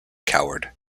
coward